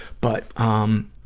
but, um,